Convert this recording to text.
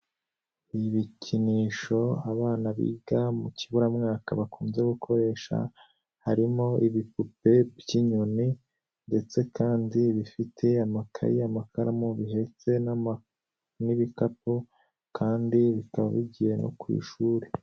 Ibikinisho abana biga mu kiburamwaka bakunze gukoresha, harimo ibipupe by'inyoni, ndetse kandi bifite amakaye, amakaramu, bihetse n'ibikapu kandi bikaba bigiye no ku ishuri.